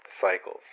Cycles